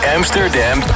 Amsterdam